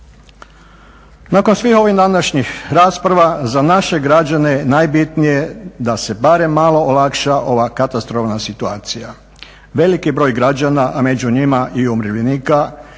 Nakon svih ovih današnjih rasprava za naše građane najbitnije je da se barem malo olakša ova katastrofalna situacija. Velik broj građana, a među njima i umirovljenika,